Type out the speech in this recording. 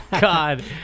God